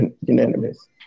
unanimous